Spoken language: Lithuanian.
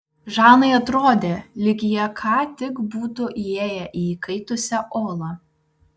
žanai atrodė lyg jie ką tik būtų įėję į įkaitusią olą